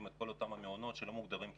את כל אותם המעונות שלא מוגדרים כעסקים.